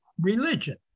religion